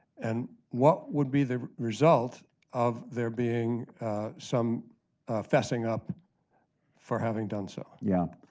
and what would be the result of there being some fessing-up for having done so? yeah.